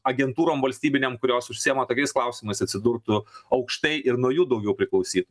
agentūrom valstybinėm kurios užsiema tokiais klausimais atsidurtų aukštai ir nuo jų daugiau priklausytų